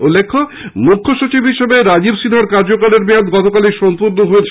উল্লেখ্য মুখ্যসচিব হিসাবে রাজীব সিন্হার কার্যকালের মেয়াদ গতকাল সম্পূর্ণ হয়েছে